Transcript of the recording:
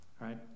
Right